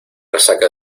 resaca